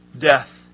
death